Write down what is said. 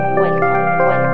welcome